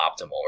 optimal